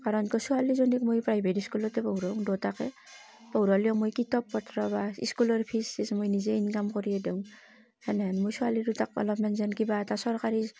কাৰণ কি ছোৱালীজনীক মই প্ৰাইভেট স্কুলতে পঢ়াও দুটাকে পঢ়েলিও মই কিতাপ পত্ৰ বা ইস্কুলৰ ফীজ চীজ মই নিজে ইনকাম কৰিয়েই দিওঁ সেনেহান মই ছোৱালী দুটাক অলপমান যেন কিবা এটা চৰকাৰী